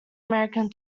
american